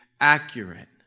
accurate